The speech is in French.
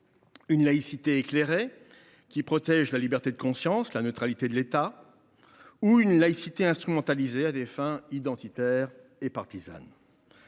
Une laïcité éclairée, qui protège la liberté de conscience et la neutralité de l’État, ou une laïcité instrumentalisée à des fins identitaires et partisanes